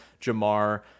Jamar